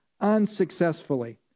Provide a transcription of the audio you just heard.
unsuccessfully